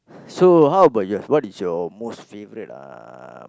so how about your what is your most favourite uh